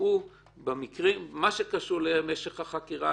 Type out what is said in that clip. במה שקשור למשך החקירה,